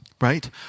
right